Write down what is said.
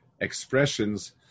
expressions